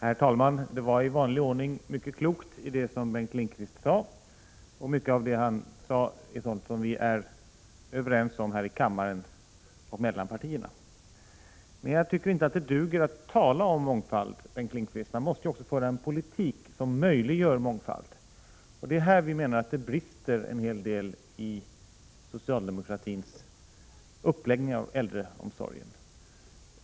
Herr talman! Det var i vanlig ordning mycket klokt i det som Bengt Lindqvist sade. Mycket av vad han anförde är sådant som vi är överens om här i kammaren och mellan partierna. Men jag tycker inte att det duger att tala om mångfald, Bengt Lindqvist. Man måste också föra en politik som möjliggör mångfald. Det är här vi menar att det brister i socialdemokratins uppläggning av äldreomsorgen.